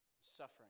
suffering